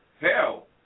hell